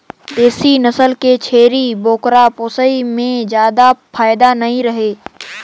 देसी नसल के छेरी बोकरा पोसई में जादा फायदा नइ रहें